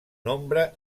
nombre